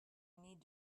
need